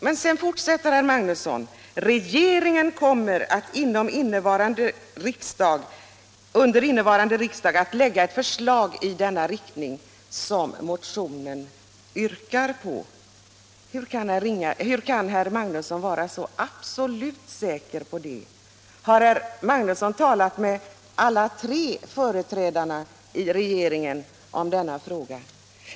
Men sedan fortsätter herr "Magnusson: Regeringen kommer under innevarande riksdag att lägga ett förslag i samma riktning som motionsyrkandet. Hur kan herr Magnusson vara så absolut säker på det? Har herr Magnusson talat med företrädare för alla tre partierna i regeringen om denna fråga?